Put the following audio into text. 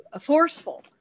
forceful